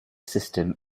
system